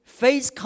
face